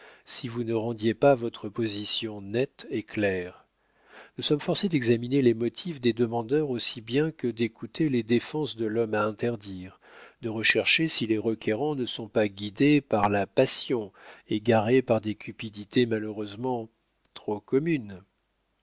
si vous ne rendiez pas votre position nette et claire nous sommes forcés d'examiner les motifs des demandeurs aussi bien que d'écouter les défenses de l'homme à interdire de rechercher si les requérants ne sont pas guidés par la passion égarés par des cupidités malheureusement trop communes